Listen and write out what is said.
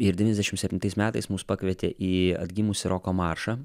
ir devyniasdešimt septintais metais mus pakvietė į atgimusi roko maršą